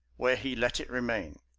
where he let it remain.